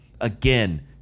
Again